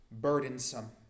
burdensome